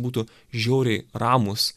būtų žiauriai ramūs